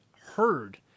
heard